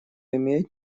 имеет